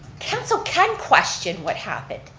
council can question what happened.